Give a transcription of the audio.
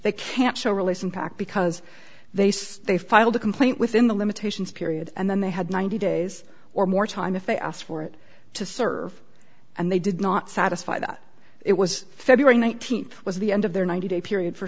they can't show release impact because they say they filed a complaint within the limitations period and then they had ninety days or more time if they asked for it to serve and they did not satisfy that it was february th was the end of their ninety day period for